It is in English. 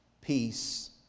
peace